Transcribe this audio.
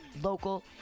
local